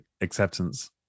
acceptance